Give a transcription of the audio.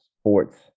sports